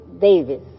Davis